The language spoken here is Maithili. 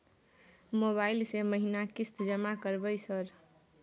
मोबाइल से महीना किस्त जमा करबै सर?